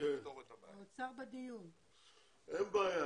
אין בעיה,